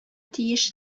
тиеш